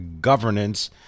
governance